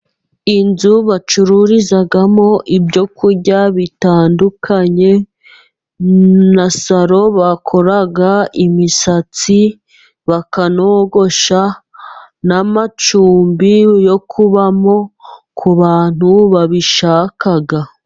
Inzu bacururizamo ibyo kurya bitandukanye, na salo bakora imisatsi bakanogosha, n'amacumbi yo kubamo ku bantu babishaka.